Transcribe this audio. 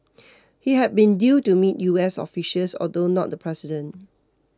he had been due to meet U S officials although not the president